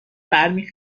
برمی